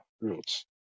roots